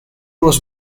was